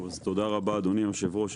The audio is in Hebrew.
תודה רבה אדוני היו"ר,